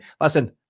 Listen